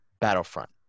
Battlefront